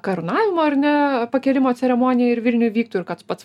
karūnavimo ar ne pakėlimo ceremonija ir vilniuj vyktų ir kad pats